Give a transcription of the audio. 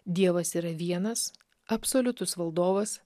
dievas yra vienas absoliutus valdovas